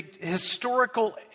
historical